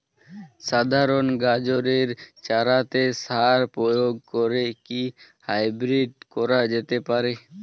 সাধারণ গাজরের চারাতে সার প্রয়োগ করে কি হাইব্রীড করা যেতে পারে?